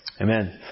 Amen